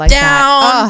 down